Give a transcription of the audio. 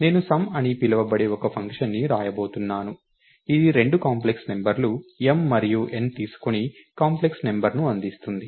నేను సమ్ అని పిలవబడే ఒక ఫంక్షన్ ని వ్రాయబోతున్నాను ఇది రెండు కాంప్లెక్స్ నంబర్లు m మరియు n తీసుకొని కాంప్లెక్స్ నంబర్ను అందిస్తుంది